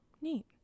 neat